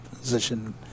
position